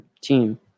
team